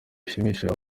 bishimishije